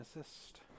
assist